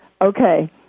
Okay